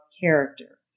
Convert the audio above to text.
character